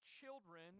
children